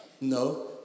No